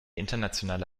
internationale